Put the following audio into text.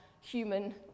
human